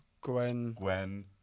Gwen